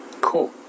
Cool